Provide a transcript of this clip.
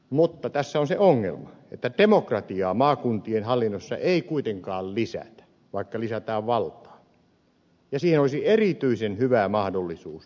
mutta tässä on se ongelma että demokratiaa maakuntien hallinnossa ei kuitenkaan lisätä vaikka lisätään valtaa vaikka siihen olisi erityisen hyvä mahdollisuus nyt